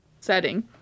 Setting